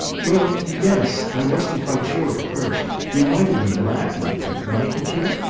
well yes. i wasn't quite sure at first. you might have been laughing at me mightn't you?